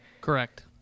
Correct